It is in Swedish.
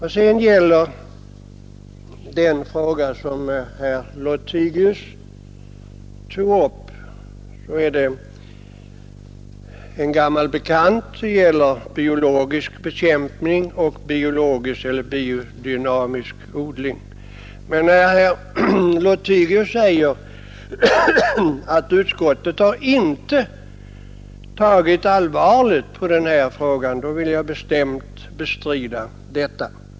Den fråga som herr Lothigius tog upp, biologisk bekämpning och biologiskt balanserad eller biodynamisk odling, är en gammal bekant. Jag vill emellertid bestämt bestrida herr Lothigius” påstående att utskottet inte har tagit allvarligt på denna fråga.